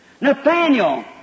Nathaniel